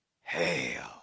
Hail